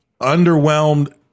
underwhelmed